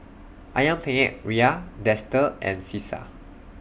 Ayam Penyet Ria Dester and Cesar